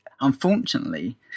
unfortunately